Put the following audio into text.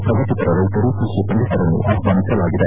ಪ್ರಗತಿಪರ ರೈತರು ಕೃಷಿ ಪಂಡಿತರನ್ನು ಆಹ್ವಾನಿಸಲಾಗಿದೆ